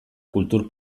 kultur